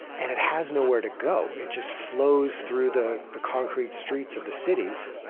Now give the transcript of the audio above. and it has nowhere to go. it just flows through the the concrete streets of the cities.